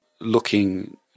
looking